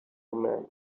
man